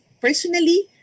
personally